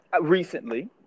recently